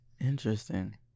Interesting